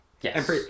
Yes